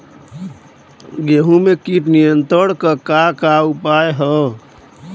गेहूँ में कीट नियंत्रण क का का उपाय ह?